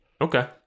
Okay